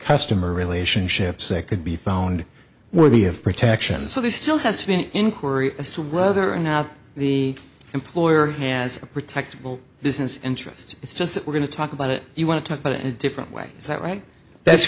customer relationships that could be found worthy of protection so there still has to be an inquiry as to whether or not the employer has protected will business interests it's just that we're going to talk about it you want to talk about it a different way is that right that's